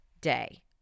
day